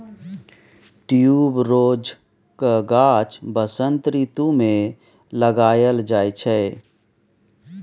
ट्युबरोजक गाछ बसंत रितु मे लगाएल जाइ छै